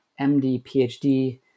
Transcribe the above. MD-PhD